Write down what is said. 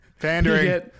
Pandering